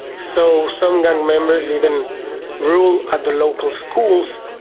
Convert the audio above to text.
so some gang members even rule at the local schools,